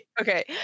Okay